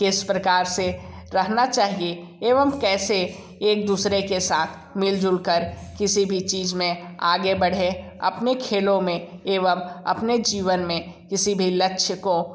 किस प्रकार से रहना चाहिए एवं कैसे एक दूसरे के साथ मिल जुल कर किसी भी चीज़ में आगे बढ़ें अपने खेलों में एवं अपने जीवन में किसी भी लक्ष्य को